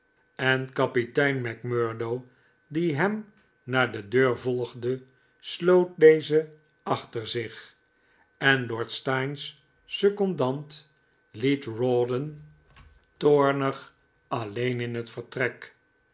en kapitein macmurdo die hem naar de deur volgde sloot deze achter zich en lord steyne's secondant en liet rawdon toornig alleen in liet vertrek